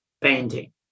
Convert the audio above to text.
painting